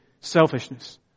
selfishness